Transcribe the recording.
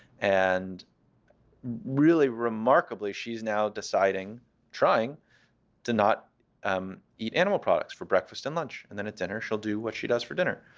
and really remarkably, she's now deciding trying to not um eat animal products for breakfast and lunch. and then at dinner, she'll do what she does for dinner.